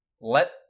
let